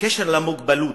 בקשר למוגבלות: